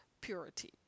purity